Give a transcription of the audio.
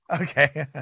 Okay